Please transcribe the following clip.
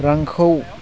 रांखौ